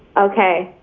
okay,